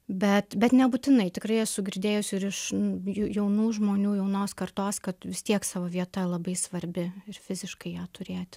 bet bet nebūtinai tikrai esu girdėjusi ir iš įvairių jaunų žmonių jaunos kartos kad vis tiek savo vieta labai svarbi ir fiziškai ją turėti